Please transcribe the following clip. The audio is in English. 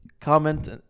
comment